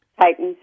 Titans